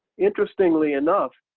interestingly enough,